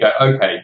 okay